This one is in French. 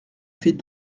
fait